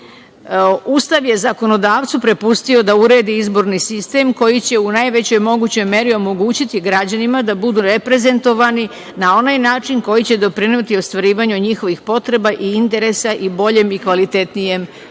je zakonodavcu prepustio da uredi izborni sistem koji će u najvećoj mogućoj meri omogućiti građanima da budu reprezentovani na onaj način koji će doprineti ostvarivanju njihovih potreba i interesa i boljem i kvalitetnijem životu.